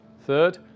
Third